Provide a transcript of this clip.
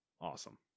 awesome